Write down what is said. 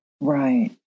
Right